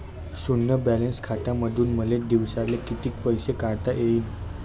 शुन्य बॅलन्स खात्यामंधून मले दिवसाले कितीक पैसे काढता येईन?